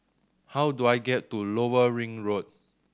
how do I get to Lower Ring Road